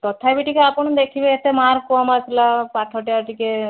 ତଥାପି ଟିକିଏ ଆପଣ ଦେଖିବେ ଏତେ ମାର୍କ କମ୍ ଆସିଲା ପାଠଟା ଟିକିଏ